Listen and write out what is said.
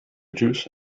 juice